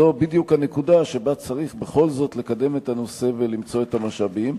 זו בדיוק הנקודה שבה צריך בכל זאת לקדם את הנושא ולמצוא את המשאבים.